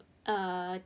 err